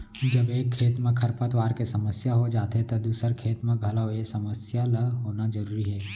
जब एक खेत म खरपतवार के समस्या हो जाथे त दूसर खेत म घलौ ए समस्या ल होना जरूरी हे